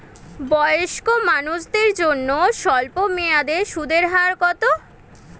বয়স্ক মানুষদের জন্য স্বল্প মেয়াদে সুদের হার কত?